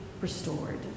restored